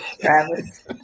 Travis